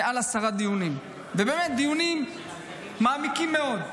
דיונים מעמיקים מאוד,